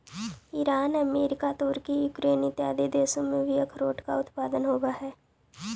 Iran America तुर्की Ukraine इत्यादि देशों में भी अखरोट का उत्पादन होवअ हई